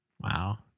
Wow